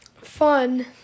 fun